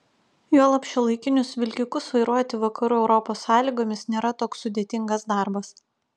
juolab šiuolaikinius vilkikus vairuoti vakarų europos sąlygomis nėra toks sudėtingas darbas